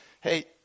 Hey